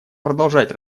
продолжать